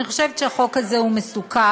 אני חושבת שהחוק הזה מסוכן.